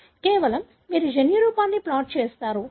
కేవలం మీరు జన్యురూపాన్ని ప్లాట్ చేస్తారు